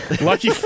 Lucky